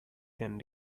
than